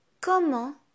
comment